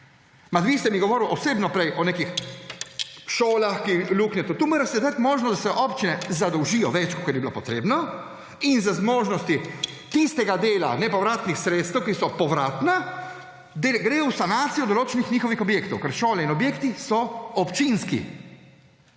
osebno prej o nekih šolah, luknjah … Tu morate dati možnost, da se občine zadolžijo več, kot bi bilo potrebno, in za zmožnosti tistega dela nepovratnih sredstev, ki so povratna, da gredo v sanacijo določenih njihovih objektov, ker šole in objekti so občinski.